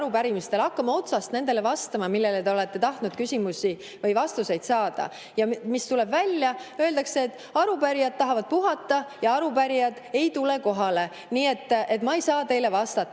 arupärimistele. Hakkame otsast vastama, millele te olete tahtnud vastuseid saada. Ja mis tuleb välja? Öeldakse, et arupärijad tahavad puhata ja arupärijad ei tule kohale. Nii et ma ei saa teile vastata.